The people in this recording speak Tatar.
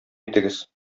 итегез